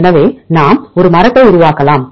எனவே நாம் ஒரு மரத்தை உருவாக்கலாம்